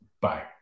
Bye